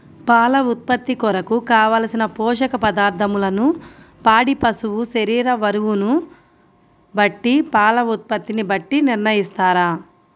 పాల ఉత్పత్తి కొరకు, కావలసిన పోషక పదార్ధములను పాడి పశువు శరీర బరువును బట్టి పాల ఉత్పత్తిని బట్టి నిర్ణయిస్తారా?